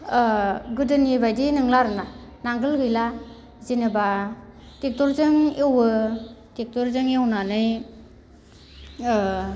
ओ गोदोनि बायदि नोंला आरोना नांगोल गैला जेनोबा ट्रेक्टरजों एवो ट्रेक्टरजों एवनानै ओ